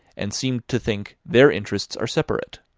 and seem to think their interests are separate.